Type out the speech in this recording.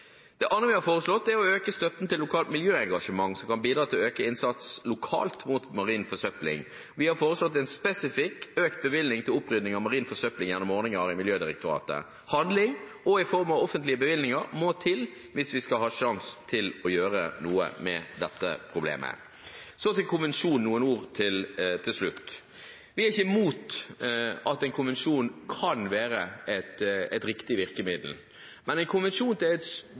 Det andre vi har foreslått, er å øke støtten til lokalt miljøengasjement som kan bidra til å øke innsatsen lokalt mot marin forsøpling. Vi har foreslått en spesifikk økt bevilgning til opprydning av marin forsøpling gjennom ordninger i Miljødirektoratet. Handling også i form av offentlige bevilgninger må til hvis vi skal ha en sjanse til å gjøre noe med dette problemet. Så noen ord om konvensjonen til slutt: Vi er ikke imot at en konvensjon kan være et riktig virkemiddel. Men en konvensjon er et